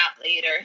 later